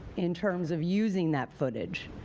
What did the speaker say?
in terms of using that footage.